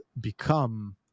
become